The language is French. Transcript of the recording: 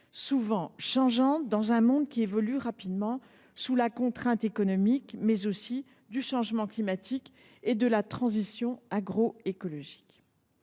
souvent changeantes, dans un monde qui évolue rapidement, sous la contrainte économique, mais aussi sous l’effet du changement climatique et de la transition agroécologique.